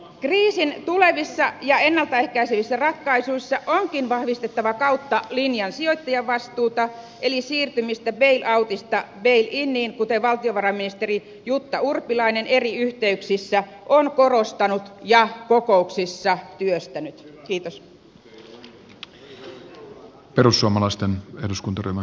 kriisin tulevissa ja ennalta ehkäisevissä ratkaisuissa onkin vahvistettava kautta linjan sijoittajavastuusta eli siirtymistä bail outista bail iniin kuten valtiovarainministeri jutta urpilainen eri yhteyksissä on korostanut ja kokouksissa työstänyt